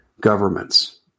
governments